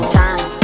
time